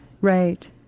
Right